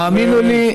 האמינו לי,